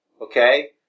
Okay